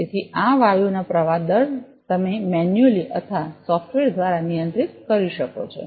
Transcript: તેથી આ વાયુઓના પ્રવાહ દર તમે મેન્યુઅલી અથવા સોફ્ટવેર દ્વારા નિયંત્રિત કરી શકો છો